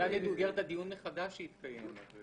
אולי במסגרת הדיון החדש שהתקיים.